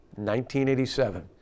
1987